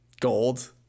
gold